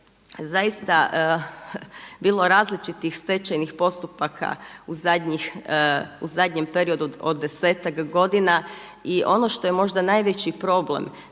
zaista bilo različitih stečajnih postupaka u zadnjem periodu od desetak godina. I ono što je možda najveći problem,